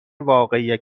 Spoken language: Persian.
واقعی